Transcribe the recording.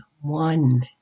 one